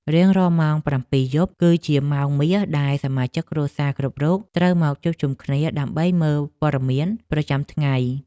រៀងរាល់ម៉ោងប្រាំពីរយប់ គឺជាម៉ោងមាសដែលសមាជិកគ្រួសារគ្រប់រូបត្រូវមកជួបជុំគ្នាដើម្បីមើលព័ត៌មានប្រចាំថ្ងៃ។